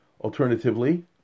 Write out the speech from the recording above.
Alternatively